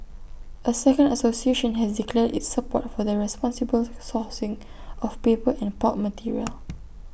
A second association has declared its support for the responsible sourcing of paper and pulp material